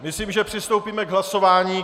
Myslím, že přistoupíme k hlasování.